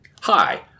Hi